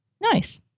Nice